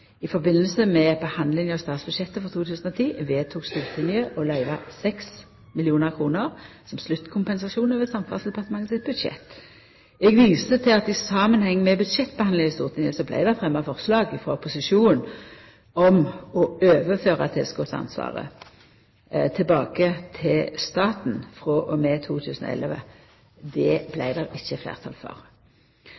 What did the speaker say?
I samband med behandlinga av statsbudsjettet for 2010 vedtok Stortinget å løyva 6 mill. kr som sluttkompensasjon over Samferdselsdepartementet sitt budsjett. Eg viser til at i samanheng med budsjettbehandlinga i Stortinget vart det fremja forslag frå opposisjonen om å overføra tilskottsansvaret tilbake til staten frå og med 2011. Det